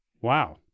Wow